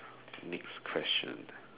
next question